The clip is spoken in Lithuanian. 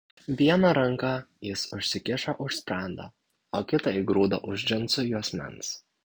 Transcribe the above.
vieną ranką jis užsikišo už sprando o kitą įgrūdo už džinsų juosmens